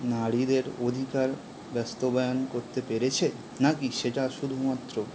নারীদের অধিকার বাস্তবায়ন করতে পেরেছে নাকি সেটা শুধুমাত্র